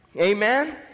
Amen